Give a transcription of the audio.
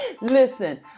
Listen